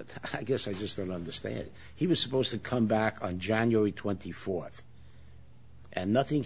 but i guess i just don't understand he was supposed to come back on january twenty fourth and nothing